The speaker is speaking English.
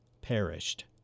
perished